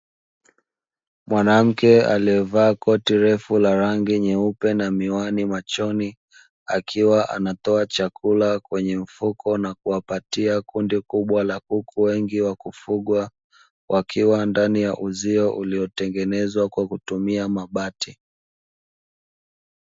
Mwanamke aliyevaa koti refu la rangi nyeupe na miwani machoni, akiwa anatoa chakula kwenye mfuko na kuwapatia kundi kubwa la kuku wengi wa kufugwa, wakiwa ndani ya uzio uliotengenezwa kwa kutumia mabati.